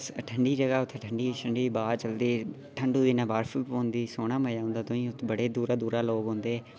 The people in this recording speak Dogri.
ठंडी जगह् उत्थैं ठंडी ठंडी बाह् चलदी ठंडू दिने बर्फ बी पौंदी सौने दा मज़ा औंदा बड़े दूरा दूरा लोक औंदे